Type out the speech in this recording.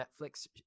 Netflix